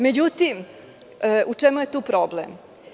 Međutim, u čemu je tu problem?